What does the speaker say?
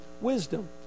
wisdom